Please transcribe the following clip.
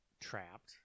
trapped